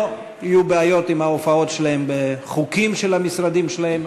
או שיהיו בעיות עם ההופעות שלהם בחוקים של המשרדים שלהם,